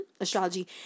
astrology